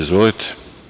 Izvolite.